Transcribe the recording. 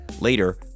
Later